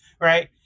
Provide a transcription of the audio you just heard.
right